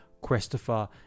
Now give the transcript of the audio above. Christopher